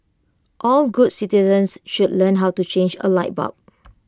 all good citizens should learn how to change A light bulb